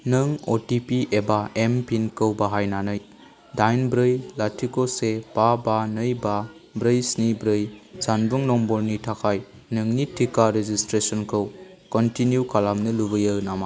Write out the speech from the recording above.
नों अटिपि एबा एमपिनखौ बाहायनानै दाइन ब्रै लाथिख' से बा बा नै बा ब्रै स्नि ब्रै जानबुं नम्बरनि थाखाय नोंनि टिका रेजिसट्रेसनखौ कन्टिनिउ खालामनो लुबैयो नामा